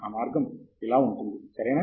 ఆ మార్గం ఇలా ఉంటుంది సరేనా